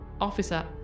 Officer